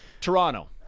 Toronto